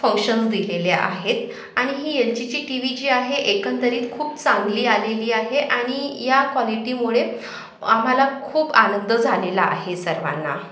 functions दिलेले आहेत आणि ही जी एल जीची टी वी जी आहे एकंदरीत खूप चांगली आलेली आहे आणि या कॉलिटीमुळे आम्हाला खूप आनंद झालेला आहे सर्वांना